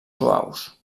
suaus